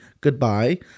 goodbye